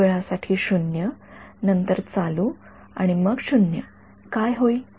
खूप वेळासाठी 0 नंतर चालू आणि मग 0 काय होईल